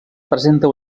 presenta